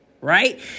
right